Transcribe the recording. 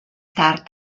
tard